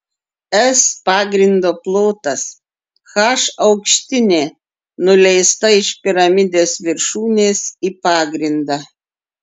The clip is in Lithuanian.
s pagrindo plotas h aukštinė nuleista iš piramidės viršūnės į pagrindą